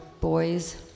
boys